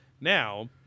Now